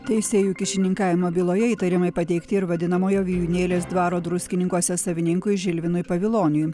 teisėjų kyšininkavimo byloje įtarimai pateikti ir vadinamojo vijūnėlės dvaro druskininkuose savininkui žilvinui paviloniui